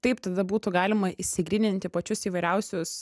taip tada būtų galima išsigryninti pačius įvairiausius